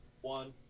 One